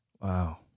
Wow